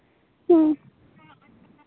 ᱦᱮᱸ